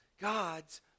God's